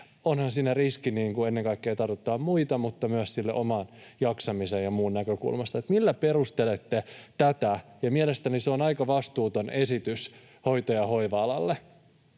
onhan siinä riski ennen kaikkea muiden tartuttamisesta, mutta myös oman jaksamisen ja muun näkökulmasta. Millä perustelette tätä? Mielestäni se on aika vastuuton esitys hoito- ja hoiva-alalle.